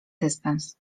dystans